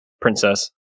Princess